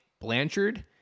Blanchard